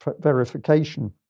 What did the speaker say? verification